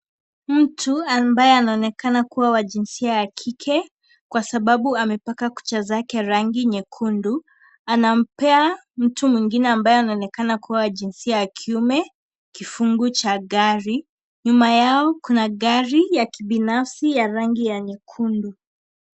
Mtu ambaye anaonekana kuwa wa jinsia ya kike, Kwa sababu amepaka kuja zake rangi nyekundu anampea mtu mwingine ambaye anaonekana kuwa wa jinsia ya kiume kifungu cha gari, nyuma yao kuna gari ya kibinfasi ya rangi ya nyekundu.